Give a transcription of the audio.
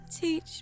Teach